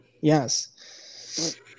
Yes